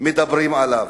מדברים עליו.